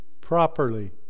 properly